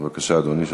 בבקשה, אדוני.